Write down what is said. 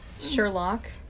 Sherlock